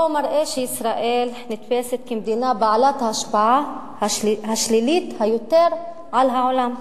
והוא מראה שישראל נתפסת כמדינה בעלת ההשפעה השלילית ביותר על העולם.